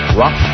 rock